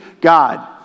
God